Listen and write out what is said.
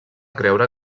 creure